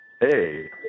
Hey